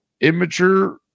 immature